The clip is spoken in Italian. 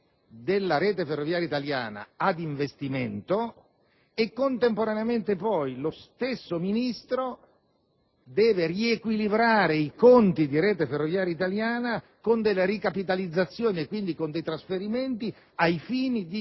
di Rete ferroviaria italiana a fini di investimento e contemporaneamente lo stesso Ministro deve poi riequilibrare i conti di Rete ferroviaria italiana con delle ricapitalizzazioni, quindi con dei trasferimenti ai fini di